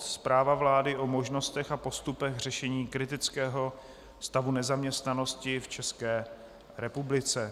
Zpráva vlády o možnostech a postupech řešení kritického stavu nezaměstnanosti v České republice